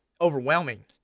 overwhelming